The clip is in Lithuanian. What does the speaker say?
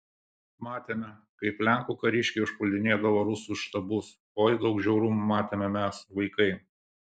matėme kaip lenkų kariškiai užpuldinėdavo rusų štabus oi daug žiaurumų matėme mes vaikai